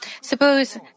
suppose